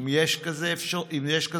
אם יש כזו אפשרות?